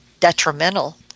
detrimental